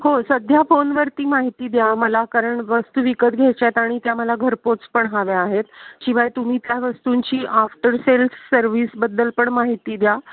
हो सध्या फोनवरती माहिती द्या मला कारण वस्तू विकत घ्यायच्या आहेत आणि त्या मला घरपोच पण हव्या आहेत शिवाय तुम्ही त्या वस्तूंची आफ्टर सेल्स सर्विसबद्दल पण माहिती द्या